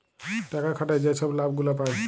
টাকা খাটায় যে ছব লাভ গুলা পায়